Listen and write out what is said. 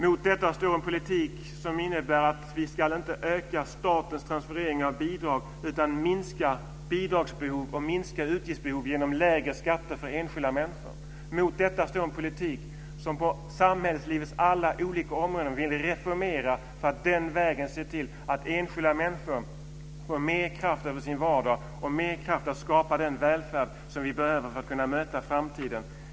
Mot detta står en politik som innebär att vi inte ska öka statens transfereringar av bidrag utan minska bidrags och utgiftsbehov genom lägre skatter för enskilda människor. Mot detta står en politik för reformer på samhällslivets alla olika områden för att se till att enskilda människor får mer makt över sin vardag och mer kraft att skapa den välfärd som vi behöver för att kunna möta framtiden.